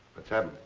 let's have it.